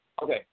Okay